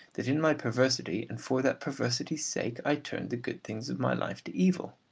that in my perversity, and for that perversity's sake, i turned the good things of my life to evil,